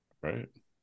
right